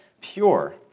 pure